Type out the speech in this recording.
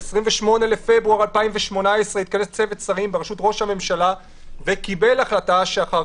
ב-28 בפברואר 2018 התכנס צוות שרים בראשות ראש הממשלה וקיבל החלטה שאחר